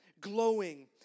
glowing